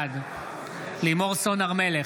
בעד לימור סון הר מלך,